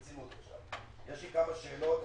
יש לי כמה שאלות.